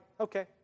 Okay